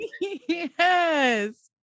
yes